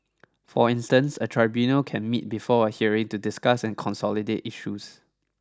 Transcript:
for instance a tribunal can meet before a hearing to discuss and consolidate issues